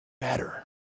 better